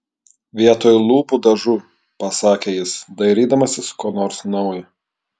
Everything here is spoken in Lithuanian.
vietoj lūpų dažų pasakė jis dairydamasis ko nors naujo